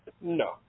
No